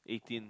eighteen